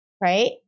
right